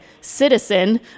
citizen